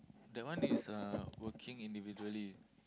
that one is uh working individually